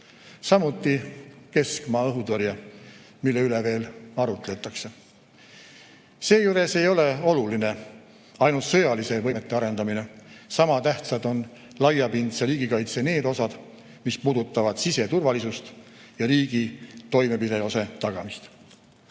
Samuti keskmaa õhutõrje, mille üle veel arutletakse. Seejuures ei ole oluline ainult sõjaliste võimete arendamine, sama tähtsad on laiapindse riigikaitse need osad, mis puudutavad siseturvalisust ja riigi toimepidevuse tagamist. Eraldi